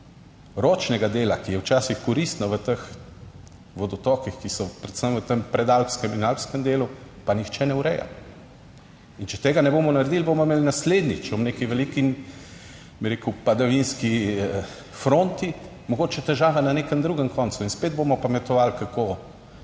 Ročnega dela, ki je včasih koristno v teh vodotokih, ki so predvsem v tem predalpskem in alpskem delu, pa nihče ne ureja in če tega ne bomo naredili, bomo imeli naslednjič ob neki veliki, bi rekel, padavinski fronti mogoče težave na nekem drugem koncu in spet bomo pametovali, kako